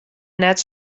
net